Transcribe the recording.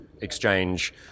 exchange